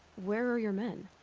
where are your men?